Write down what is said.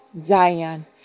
Zion